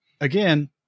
again